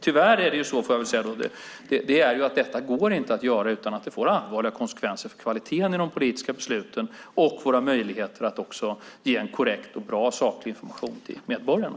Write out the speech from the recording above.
Tyvärr går detta inte att göra utan att det får allvarliga konsekvenser för kvaliteten i de politiska besluten och våra möjligheter att ge en korrekt, bra och saklig information till medborgarna.